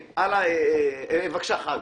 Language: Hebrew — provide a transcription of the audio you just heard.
חאג', בבקשה.